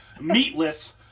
meatless